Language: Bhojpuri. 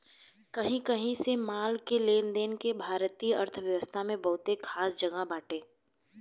कही कही से माल के लेनदेन के भारतीय अर्थव्यवस्था में बहुते खास जगह बाटे